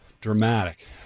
dramatic